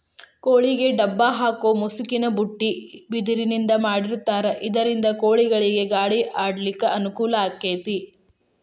ಕೋಳಿಗೆ ಡಬ್ಬ ಹಾಕು ಮುಸುಕಿನ ಬುಟ್ಟಿ ಬಿದಿರಿಂದ ಮಾಡಿರ್ತಾರ ಇದರಿಂದ ಕೋಳಿಗಳಿಗ ಗಾಳಿ ಆಡ್ಲಿಕ್ಕೆ ಅನುಕೂಲ ಆಕ್ಕೆತಿ